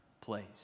place